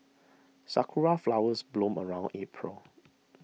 sakura flowers bloom around April